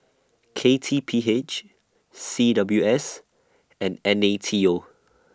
K T P H C W S and N A T O